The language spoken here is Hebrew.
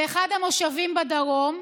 באחד המושבים בדרום.